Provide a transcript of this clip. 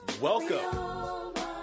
Welcome